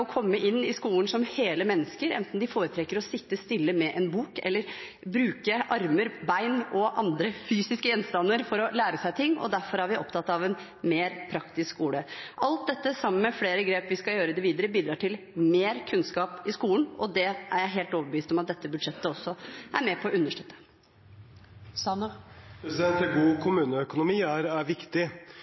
komme inn i skolen som hele mennesker, enten de foretrekker å sitte stille med en bok eller å bruke armer, bein og andre fysiske gjenstander for å lære seg ting. Derfor er vi opptatt av en mer praktisk skole. Alt dette, sammen med flere grep vi skal gjøre i det videre, bidrar til mer kunnskap i skolen, og det er jeg helt overbevist om at dette budsjettet er med på å understøtte. En god kommuneøkonomi er viktig,